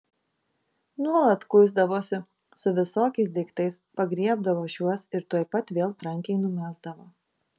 nuolat kuisdavosi su visokiais daiktais pagriebdavo šiuos ir tuoj pat vėl trankiai numesdavo